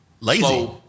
Lazy